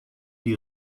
die